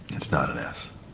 it's not an s,